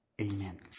amen